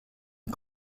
une